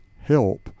help